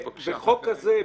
בחוק כזה,